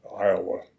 Iowa